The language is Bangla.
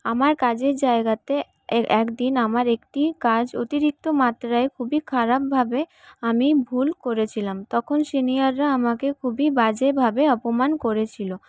আমার কাজের জায়গাতে একদিন আমার একটি কাজ অতিরিক্ত মাত্রায় খুবই খারাপভাবে আমি ভুল করেছিলাম তখন সিনিয়াররা আমাকে খুবই বাজেভাবে অপমান করেছিল